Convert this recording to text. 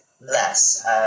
less